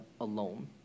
alone